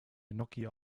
gnocchi